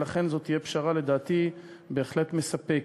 ולכן, לדעתי זו תהיה פשרה בהחלט מספקת.